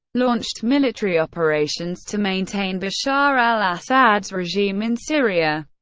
launched military operations to maintain bashar al-assad's regime in syria,